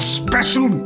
special